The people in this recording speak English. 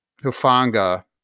Hufanga